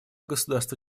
государства